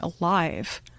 alive